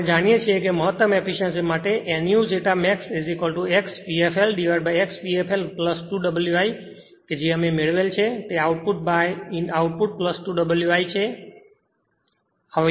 આપણે જાણીએ છીએ કે મહત્તમ એફીશ્યંસી માટે nu zeta max X p f lX p f l 2 W i કે જે અમે મેળવેલ છે તે આઉટપુટ આઉટપુટ 2 W i છે